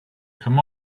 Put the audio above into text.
come